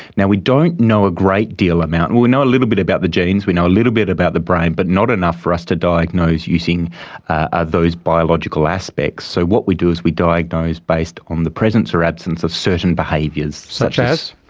we don't know a great deal, we we know a little bit about the genes, we know a little bit about the brain but not enough for us to diagnose using ah those biological aspects. so what we do is we diagnose based on the presence or absence of certain behaviours. such as?